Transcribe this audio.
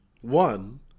One